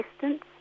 distance